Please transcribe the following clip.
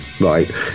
Right